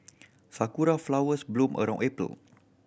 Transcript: sakura flowers bloom around April